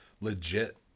legit